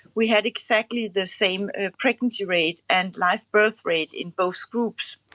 we had exactly the same pregnancy rate and live birth rate in both groups.